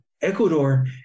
Ecuador